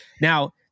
Now